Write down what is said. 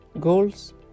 goals